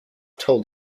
told